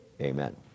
Amen